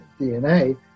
DNA